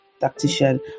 tactician